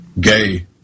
gay